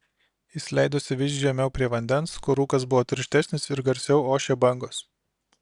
jis leidosi vis žemiau prie vandens kur rūkas buvo tirštesnis ir garsiau ošė bangos